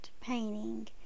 painting